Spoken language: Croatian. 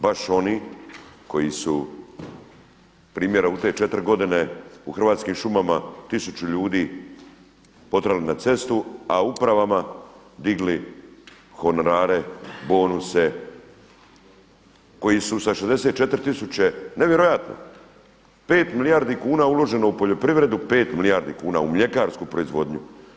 Baš oni koji su primjera u te četiri godine u Hrvatskim šumama tisuću ljudi potjerali na cestu, a upravama digli honorare, bonuse, koji su sa 64 tisuće, nevjerojatno, 5 milijardi kuna uloženo u poljoprivredu, 5 milijardi kuna u mljekarsku proizvodnju.